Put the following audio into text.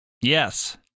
Yes